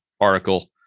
article